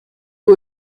who